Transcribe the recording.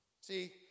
See